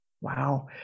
Wow